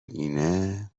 اینه